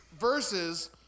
versus